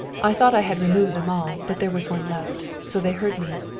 i thought i had removed them all, but there was one left. so they heard me.